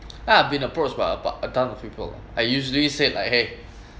ya I've been approached by about a ton of people I usually said like !hey!